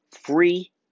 free